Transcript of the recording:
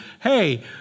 hey